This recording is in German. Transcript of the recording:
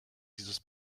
dieses